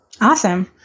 Awesome